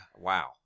wow